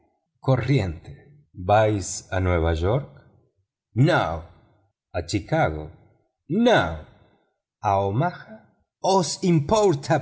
vais a nueva york no a chicago no a omaha os